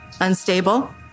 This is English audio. unstable